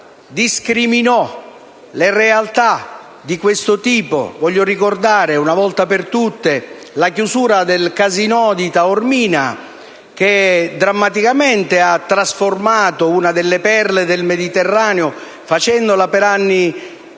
la chiusura del casinò di Taormina, che drammaticamente trasformò una delle perle del Mediterraneo, facendola decadere